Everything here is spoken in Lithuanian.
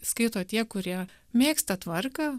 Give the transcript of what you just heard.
skaito tie kurie mėgsta tvarką